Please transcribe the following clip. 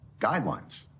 guidelines